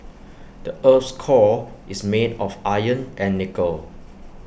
the Earth's core is made of iron and nickel